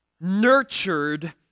nurtured